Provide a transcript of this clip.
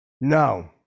No